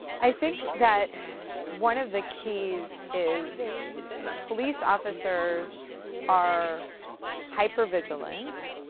i think that one of the keys is police officers are hyper-vigilant